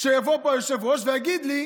שיבוא פה היושב-ראש ויגיד לי: